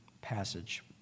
passage